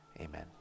amen